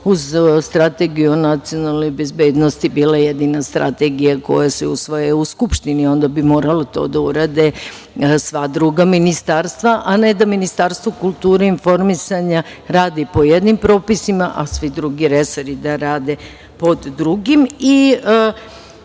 uzeo strategiju nacionalnoj bezbednosti bila je jedina strategija koja se usvaja u Skupštini. Onda bi morali to da urade sva druga ministarstva, a ne da Ministarstvo kulture i informisanja radi po jednim propisima, a svi drugi resari da rade pod drugim. Bilo